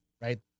right